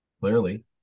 clearly